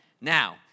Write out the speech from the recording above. Now